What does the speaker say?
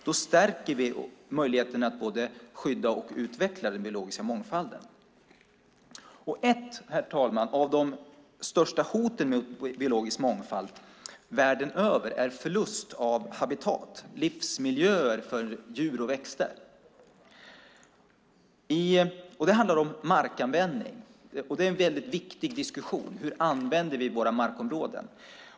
Då stärker vi möjligheterna att skydda och utveckla den biologiska mångfalden. Herr talman! Ett av de största hoten mot biologisk mångfald världen över är förlust av habitat, livsmiljöer för djur och växter. Det handlar om markanvändning. Hur vi använder våra markområden är en viktig diskussion.